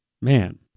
Man